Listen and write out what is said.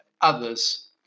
others